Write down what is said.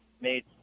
made